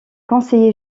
conseiller